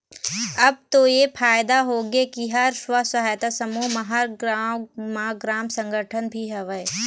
अब तो ऐ फायदा होगे के हर स्व सहायता समूह म हर गाँव म ग्राम संगठन भी हवय